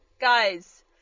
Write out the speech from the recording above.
Guys